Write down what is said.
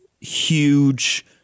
huge